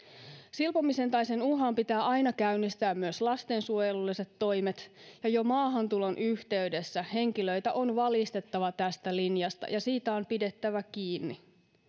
silpomisen tai sen uhan pitää aina käynnistää myös lastensuojelulliset toimet ja jo maahantulon yhteydessä henkilöitä on valistettava tästä linjasta ja siitä on pidettävä kiinni